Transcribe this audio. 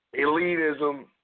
elitism